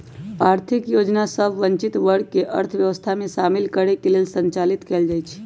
आर्थिक योजना सभ वंचित वर्ग के अर्थव्यवस्था में शामिल करे लेल संचालित कएल जाइ छइ